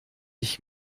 ich